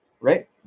right